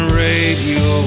radio